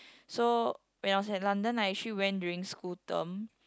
so when I was at London I actually went during school term